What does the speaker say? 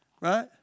right